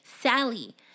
Sally